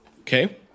Okay